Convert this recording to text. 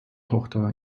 tochter